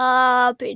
up